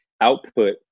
output